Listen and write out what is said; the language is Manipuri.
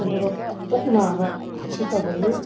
ꯑꯗꯨꯒ ꯄꯨꯛ ꯅꯕ ꯁꯤ ꯇꯧꯒꯜꯂꯤ